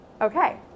Okay